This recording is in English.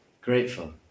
grateful